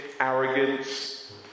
arrogance